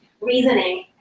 reasoning